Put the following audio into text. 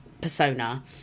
persona